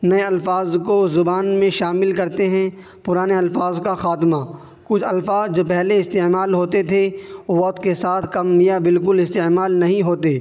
نئے الفاظ کو زبان میں شامل کرتے ہیں پرانے الفاظ کا خاتمہ کچھ الفاظ جو پہلے استعمال ہوتے تھے وقت کے ساتھ کم یا بالکل استعمال نہیں ہوتے